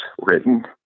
written